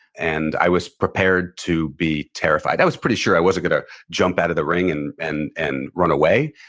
and i was prepared to be terrified. i was pretty sure i wasn't gonna jump out of the ring and and and run away,